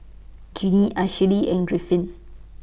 Genie Ashli and Griffin